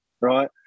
right